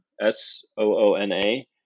S-O-O-N-A